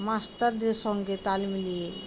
মাস্টারদের সঙ্গে তাল মিলিয়ে